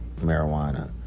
marijuana